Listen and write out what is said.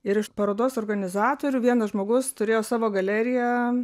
ir iš parodos organizatorių vienas žmogus turėjo savo galeriją